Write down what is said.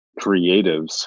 creatives